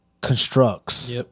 Constructs